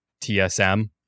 TSM